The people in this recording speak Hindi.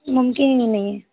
मुमकिन ही नहीं है